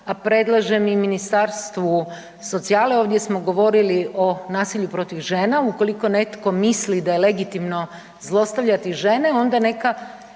A predlažem i Ministarstvu socijale ovdje smo govorili o nasilju protiv žena, ukoliko netko misli da je legitimno zlostavljati žene onda neka